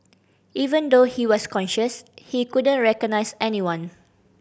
even though he was conscious he couldn't recognise anyone